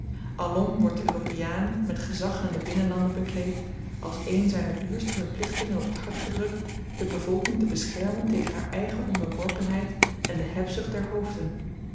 alom wordt den europeaan met gezag in de binnenlanden bekleed als een zyner duurste verplichtingen op t hart gedrukt de bevolking te beschermen tegen haar eigen onderworpenheid en de hebzucht der hoofden